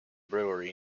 brewery